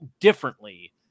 differently